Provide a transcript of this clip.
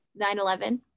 9-11